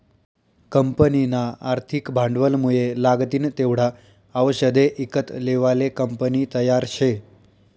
कंपनीना आर्थिक भांडवलमुये लागतीन तेवढा आवषदे ईकत लेवाले कंपनी तयार शे